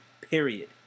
period